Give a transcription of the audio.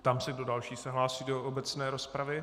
Ptám se, kdo další se hlásí do obecné rozpravy.